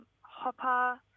Hopper